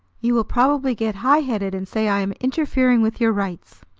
you will probably get high-headed, and say i am interfering with your rights.